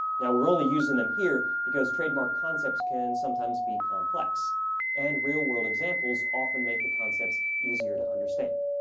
now, we're only using them here because trademark concepts can sometimes be complex and real-world examples often make the concepts easier to understand.